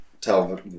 tell